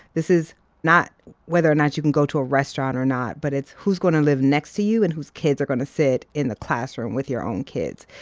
this is not whether or not you can go to a restaurant or not, but it's who's going to live next to you and whose kids are going to sit in the classroom with your own kids.